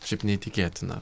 šiaip neįtikėtina